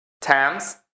times